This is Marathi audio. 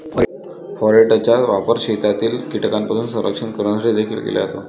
फोरेटचा वापर शेतातील कीटकांपासून संरक्षण करण्यासाठी देखील केला जातो